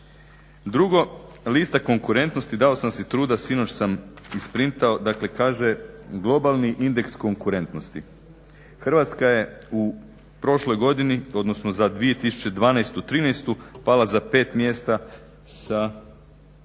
Drugo, lista konkurentnosti, dao sam si truda, sinoć sam isprintao, dakle kaže globalni indeks konkurentnosti. Hrvatska je u prošloj godini, odnosno za 212./13. pala za pet mjesta sa